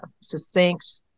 succinct